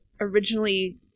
originally